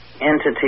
entity